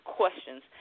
questions